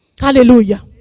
Hallelujah